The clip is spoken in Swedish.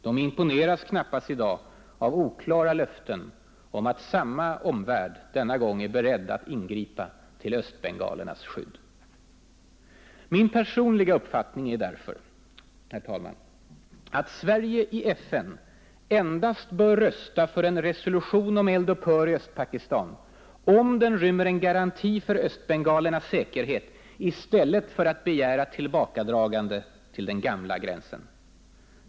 De imponeras knappast i dag av oklara löften om att samma omvärld denna gång är beredd att ingripa till östbengalernas skydd. Min personliga uppfattning är därför, herr talman, att Sverige i FN endast bör rösta för en resolution om eld-upphör i Östpakistan om den rymmer en garanti för östbengalernas säkerhet i stället för att begära tillbakadragande till den gamla gränsen.